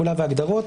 תחולה והגדרות".